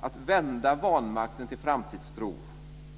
att vända vanmakten till framtidstro.